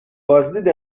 بازدید